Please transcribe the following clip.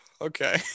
Okay